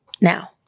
Now